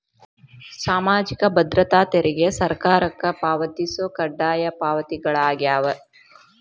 ಸಾಮಾಜಿಕ ಭದ್ರತಾ ತೆರಿಗೆ ಸರ್ಕಾರಕ್ಕ ಪಾವತಿಸೊ ಕಡ್ಡಾಯ ಪಾವತಿಗಳಾಗ್ಯಾವ